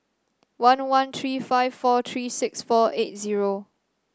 one one three five four three six four eight zero